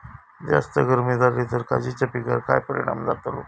जास्त गर्मी जाली तर काजीच्या पीकार काय परिणाम जतालो?